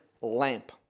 lamp